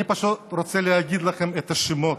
אני פשוט רוצה להגיד לכם את השמות.